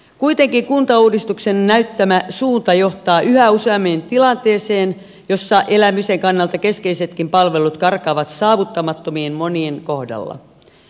kuitenkin kuntauudistuksen näyttämä suunta johtaa yhä useammin tilanteeseen jossa elämisen kannalta keskeisetkin palvelut karkaavat monien kohdalla saavuttamattomiin